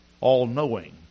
all-knowing